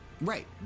Right